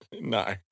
No